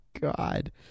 god